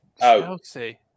Chelsea